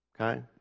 Okay